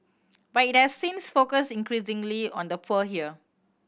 but it has since focused increasingly on the poor here